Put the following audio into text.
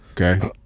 Okay